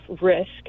risk